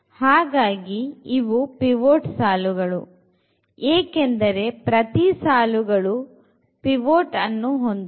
ಹಾಗಾಗಿ ಇವು pivot ಸಾಲುಗಳು ಏಕೆಂದರೆ ಪ್ರತಿ ಸಾಲುಗಳು pivot ಅನ್ನು ಹೊಂದಿದೆ